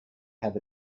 have